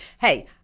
Hey